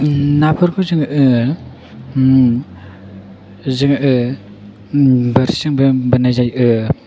नाफोरखौ जोङो जोङो बोरसिजोंबो बोननाय जायो